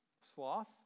Sloth